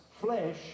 flesh